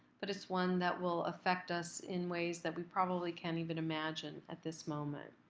but it's one that will affect us in ways that we probably can't even imagine at this moment.